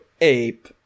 Ape